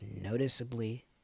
noticeably